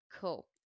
Cool